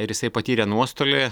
ir jisai patyrė nuostolį